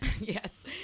Yes